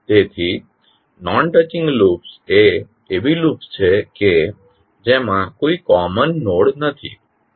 તેથી non touching loops એ એવી લૂપ્સ છે કે જેમાં કોઈ કોમન નોડ નથી